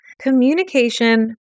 Communication